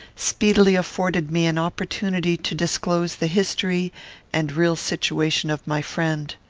speedily afforded me an opportunity to disclose the history and real situation of my friend.